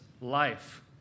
life